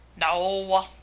No